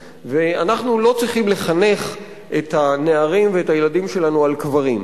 ואנחנו לא צריכים לחנך את הנערים ואת הילדים שלנו על קברים.